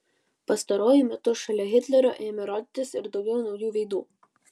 pastaruoju metu šalia hitlerio ėmė rodytis ir daugiau naujų veidų